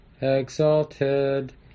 exalted